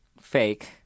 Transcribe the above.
fake